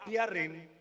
appearing